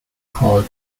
called